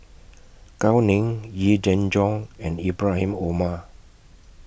Gao Ning Yee Jenn Jong and Ibrahim Omar